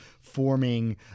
forming